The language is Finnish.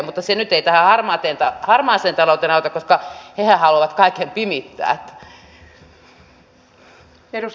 mutta se ei nyt tähän harmaaseen talouteen auta koska hehän haluavat kaiken pimittää